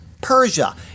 Persia